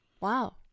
Wow